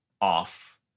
off